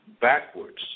backwards